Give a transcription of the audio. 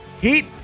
Heat